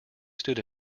stood